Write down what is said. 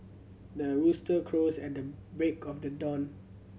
the rooster crows at the break of the dawn